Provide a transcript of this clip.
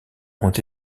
ont